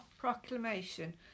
proclamation